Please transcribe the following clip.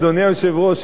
אדוני היושב-ראש,